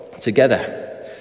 together